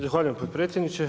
Zahvaljujem potpredsjedniče.